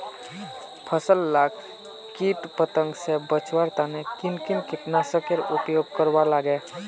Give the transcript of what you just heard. फसल लाक किट पतंग से बचवार तने किन किन कीटनाशकेर उपयोग करवार लगे?